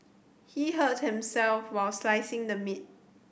he hurt himself while slicing the meat